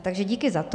Takže díky za to.